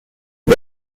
لدي